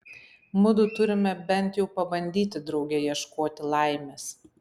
mudu turime bent jau pabandyti drauge ieškoti laimės